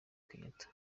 kenyatta